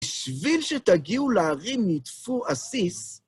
בשביל שתגיעו להרים נדפו אסיס,